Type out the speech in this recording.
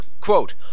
Quote